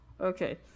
Okay